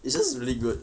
it's just really good